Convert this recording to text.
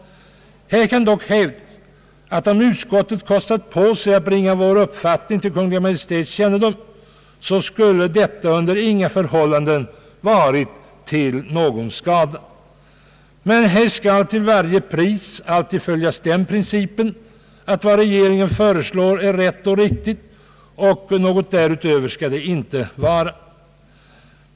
Här kan dock påpekas att om utskottet kostat på sig att bringa vår uppfattning till Kungl. Maj:ts kännedom så skulle detta ej ha skadat. Men här skall man till varje pris alltid följa den principen att vad regeringen föreslår är rätt och riktigt och något därutöver får inte förekomma.